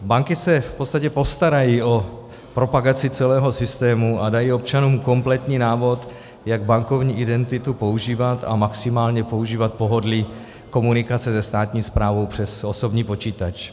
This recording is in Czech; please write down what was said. Banky se v podstatě postarají o propagaci celého systému a dají občanům kompletní návod, jak bankovní identitu používat a maximálně používat pohodlí komunikace se státní správou přes osobní počítač.